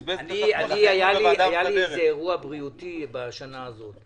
היה לי אירוע בריאותי בשנה הזאת.